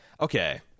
Okay